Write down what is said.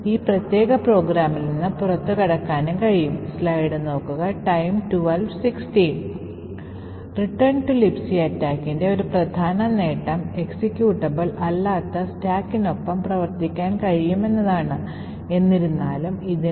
ഇപ്പോൾ നിങ്ങൾക്ക് ഈ പ്രത്യേക ഡയറക്ടറിയിൽ ഈ കോഡ് റഫർ ചെയ്യാനും ഈ ഓപ്ഷനുകൾ ഉപയോഗിച്ച് കംപൈൽ ചെയ്യാനും ഈ പ്രത്യേക പ്രോഗ്രാം എക്സിക്യൂട്ട് ചെയ്യുന്നത് കാണാനും പേലോഡ് പ്രവർത്തിപ്പിക്കാനും ഷെൽ വിജയകരമായി സൃഷ്ടിക്കാനും കഴിയും